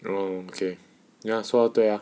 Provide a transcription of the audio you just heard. oh okay ya 说的对啊